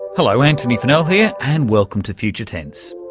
hello, antony funnell here and welcome to future tense.